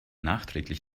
nachträglich